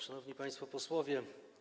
Szanowni Państwo Posłowie!